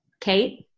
Kate